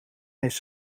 heeft